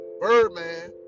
Birdman